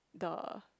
the